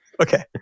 Okay